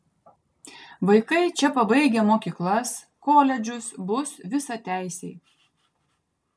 vaikai čia pabaigę mokyklas koledžus bus visateisiai